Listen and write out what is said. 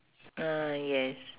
ah yes